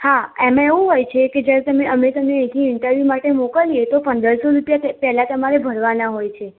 હા એમાં એવું હોય છે કે જ્યારે તમે અમે તમને અહીંથી ઇન્ટરવ્યુ માટે મોકલીએ તો પંદરસો રૂપિયા પે પહેલાં તમારે ભરવાના હોય છે